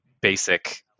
basic